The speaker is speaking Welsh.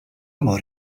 mor